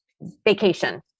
vacation